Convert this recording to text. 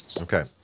Okay